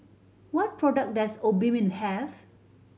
what products does Obimin have